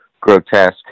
grotesque